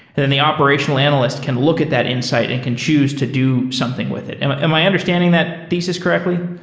then the operational analyst can look at that insight and can choose to do something with it. am am i understanding that thesis correct? correct?